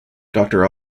doctor